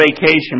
vacation